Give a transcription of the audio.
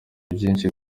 vyinshi